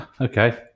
Okay